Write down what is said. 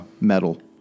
metal